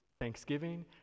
Thanksgiving